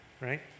Right